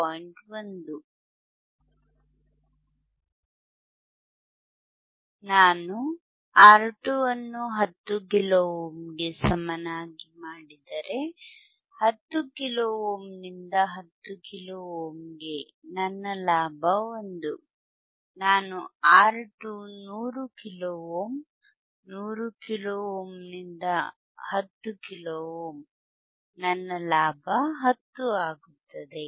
1 ನಾನು R2 ಅನ್ನು 10 kilo ಓಮ್ಗೆ ಸಮನಾಗಿ ಮಾಡಿದರೆ 10 ಕಿಲೋ ಓಮ್ನಿಂದ 10 ಕಿಲೋ ಓಮ್ಗೆ ನನ್ನ ಲಾಭ 1 ನಾನು R2 100 ಕಿಲೋ ಓಮ್ 100 ಕಿಲೋ ಓಮ್ನಿಂದ 10 ಕಿಲೋ ಓಮ್ ನನ್ನ ಲಾಭ 10 ಆಗುತ್ತದೆ